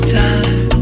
time